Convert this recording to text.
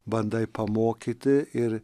bandai pamokyti ir